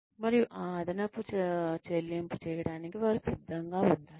మరియు ఆ అదనపు చెల్లింపు చేయడానికి వారు సిద్ధంగా ఉండాలి